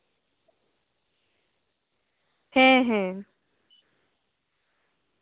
ᱦᱮᱸ ᱦᱮᱸ